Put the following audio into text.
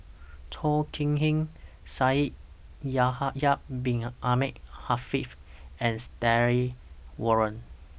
Chong Kee Hiong Shaikh Yahya Bin Ahmed Afifi and Stanley Warren